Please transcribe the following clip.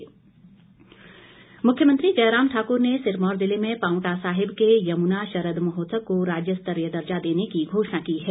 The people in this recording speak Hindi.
शरद महोत्सव मुख्यमंत्री जयराम ठाकुर ने सिरमौर ज़िले में पांवटा साहिब के यमुना शरद महोत्सव को राज्य स्तरीय दर्जा देने की घोषणा की है